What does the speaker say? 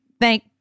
Thank